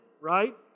Right